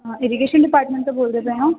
ਹਾਂ irrigation department ਤੋਂ ਬੋਲਦੇ ਪਏ ਹੋ